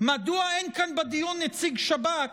מדוע אין כאן בדיון נציג שב"כ,